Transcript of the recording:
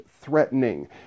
threatening